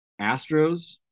Astros